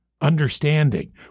understanding